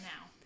now